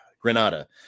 Granada